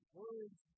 words